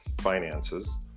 finances